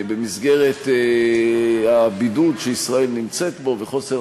במסגרת הבידוד שישראל נמצאת בו וחוסר